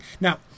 Now